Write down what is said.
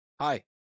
Hi